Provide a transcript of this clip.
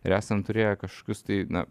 ir esam turėję kažkokius tai na